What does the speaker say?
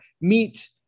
meet